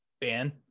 Ben